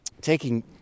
taking